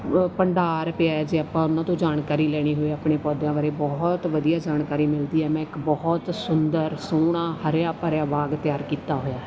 ਭੰਡਾਰ ਪਿਆ ਹੈ ਜੇ ਆਪਾਂ ਉਹਨਾਂ ਤੋਂ ਜਾਣਕਾਰੀ ਲੈਣੀ ਹੋਵੇ ਆਪਣੇ ਪੌਦਿਆਂ ਬਾਰੇ ਬਹੁਤ ਵਧੀਆ ਜਾਣਕਾਰੀ ਮਿਲਦੀ ਹੈ ਮੈਂ ਇੱਕ ਬਹੁਤ ਸੁੰਦਰ ਸੋਹਣਾ ਹਰਿਆ ਭਰਿਆ ਬਾਗ ਤਿਆਰ ਕੀਤਾ ਹੋਇਆ ਹੈ